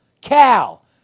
Cal